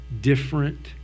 different